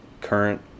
current